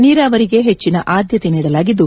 ನೀರಾವರಿಗೆ ಹೆಚ್ಚಿನ ಆದ್ಯತೆ ನೀಡಲಾಗಿದ್ದು